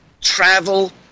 travel